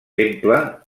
temple